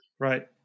right